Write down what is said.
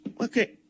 okay